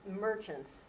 merchants